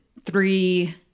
three